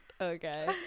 Okay